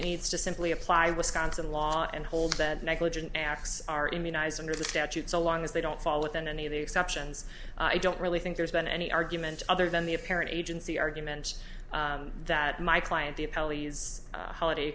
it needs to simply apply wisconsin law and hold that negligent acts are immunised under the statute so long as they don't fall within any of the exceptions i don't really think there's been any argument other than the apparent agency arguments that my client the